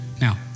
Now